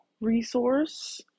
resource